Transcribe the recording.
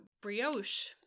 brioche